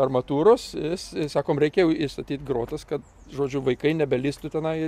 armatūros is sakom reikia jau įstatyt grotas kad žodžiu vaikai nebelįstų tenai